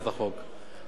מס ערך מוסף